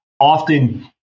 Often